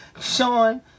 Sean